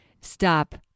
Stop